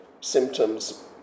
symptoms